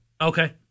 Okay